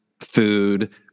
food